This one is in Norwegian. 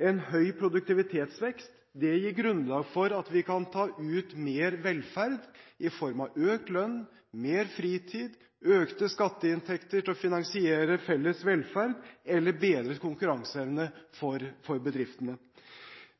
en høy produktivitetsvekst gir grunnlag for at vi kan ta ut mer velferd i form av økt lønn, mer fritid og økte skatteinntekter til å finansiere felles velferd eller bedret konkurranseevne for bedriftene.